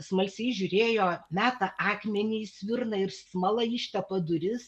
smalsiai žiūrėjo meta akmenį į svirną ir smala ištepa duris